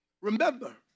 Remember